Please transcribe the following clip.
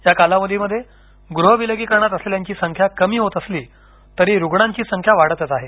या कालावधीमध्ये गृह विलगीकरणात असलेल्यांची संख्या कमी होत असली तरी रुग्णांची संख्या वाढतच आहे